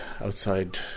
outside